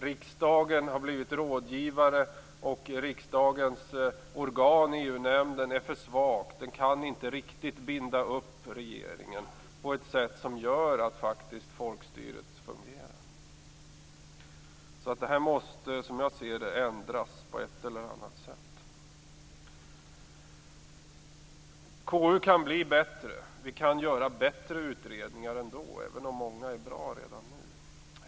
Riksdagen har blivit rådgivare, och riksdagens organ, EU-nämnden, är för svagt. Det kan inte riktigt binda upp regeringen på ett sätt som visar att faktiskt folkstyret fungerar. Det måste ändras på ett eller annat sätt, som jag ser det. KU kan bli bättre. Vi kan göra bättre utredningar, även om många är bra redan nu.